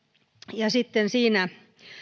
ja sitten siinä